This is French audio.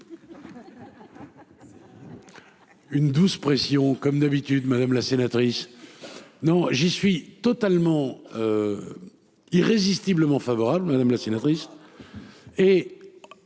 Une douce pression comme d'habitude, madame la sénatrice. Non j'y suis totalement. Irrésistiblement favorable madame la sénatrice. Et.